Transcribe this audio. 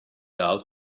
out